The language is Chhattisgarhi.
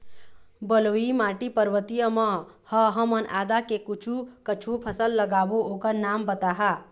बलुई माटी पर्वतीय म ह हमन आदा के कुछू कछु फसल लगाबो ओकर नाम बताहा?